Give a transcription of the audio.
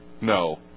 no